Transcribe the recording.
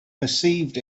perceived